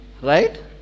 right